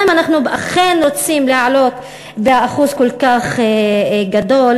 אם אנחנו אכן רוצים לעלות באחוז כל כך גדול.